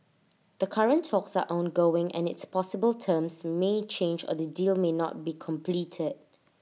the current talks are ongoing and it's possible terms may change or the deal may not be completed